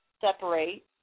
separate